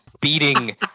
beating